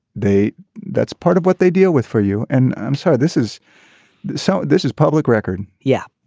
they. that's part of what they deal with for you and i'm sorry this is so this is public record. yeah.